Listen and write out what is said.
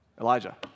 Elijah